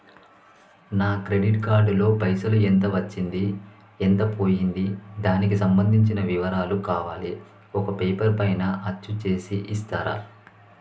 నా credit card లో పైసలు ఎంత వచ్చింది ఎంత పోయింది దానికి సంబంధించిన వివరాలు కావాలి ఒక పేపర్ పైన అచ్చు చేసి ఇస్తరా?